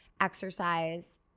exercise